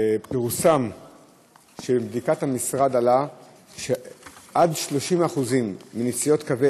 פורסם שמבדיקת המשרד עלה שעד 30% מנסיעות קווי